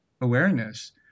awareness